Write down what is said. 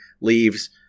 leaves